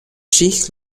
sheikh